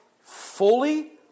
fully